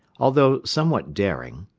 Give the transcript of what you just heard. although somewhat daring,